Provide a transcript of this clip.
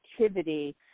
activity